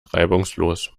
reibungslos